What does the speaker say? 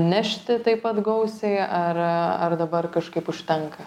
nešti taip pat gausiai ar ar dabar kažkaip užtenka